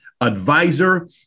advisor